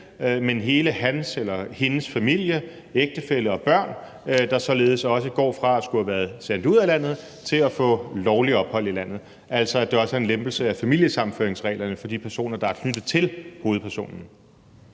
hans eller hendes familie, ægtefælle og børn, der således også går fra at skulle have været sendt ud af landet til at få lovligt ophold i landet; altså at det også er en lempelse af familiesammenføringsreglerne for de personer, der er knyttet til hovedpersonen.